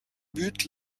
but